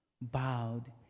bowed